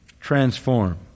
transform